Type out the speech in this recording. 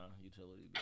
utility